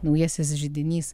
naujasis židinys